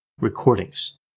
recordings